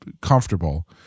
comfortable